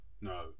No